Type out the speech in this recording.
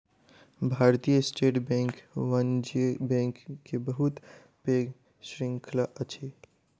भारतीय state bank वाणिज्य bank के बहुत पैघ श्रृंखला अछि